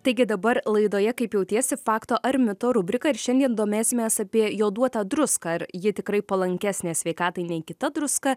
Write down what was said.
taigi dabar laidoje kaip jautiesi fakto ar mito rubrika ir šiandien domėsimės apie joduotą druską ar ji tikrai palankesnė sveikatai nei kita druska